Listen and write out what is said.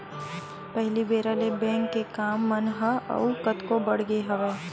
पहिली बेरा ले बेंक के काम मन ह अउ कतको बड़ गे हवय